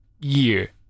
year